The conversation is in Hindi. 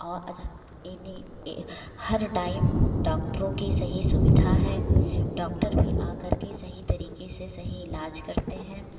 और अच्छा इन्हीं हर टाइम डॉक्टरों की सही सुविधा है डॉक्टर भी आकर के सही तरीके से सही इलाज का हैं